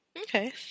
Okay